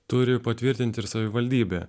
turi patvirtinti ir savivaldybė